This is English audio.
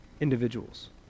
individuals